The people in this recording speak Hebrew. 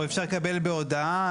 או אפשר לקבל בהודעה,